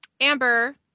Amber